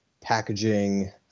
packaging